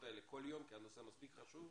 האלה כל יום כי הנושא הזה מספיק חשוב,